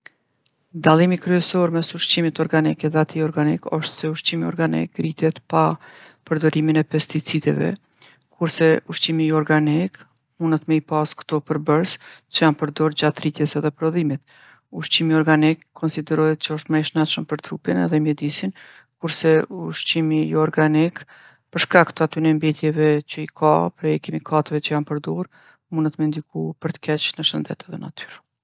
Dallimi kryesor mes ushqimit organik edhe atij joorganik osht se ushqimi organik rritet pa përdorimin e pesticideve, kurse ushqimi joorganik munet me i pasë kto përbërs që janë përdorë gjatë rritjes edhe prodhimit. Ushqimi organik konsiderohet që osht ma i shnetshëm për trupin edhe mjedisin, kurse ushqimi joorganik, për shkak të atyne mbjetjeve që i ka prej kimikateve që janë perdorë, munet me ndiku për t'keq në shëndet edhe natyrë.